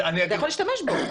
אתה יכול להשתמש בו.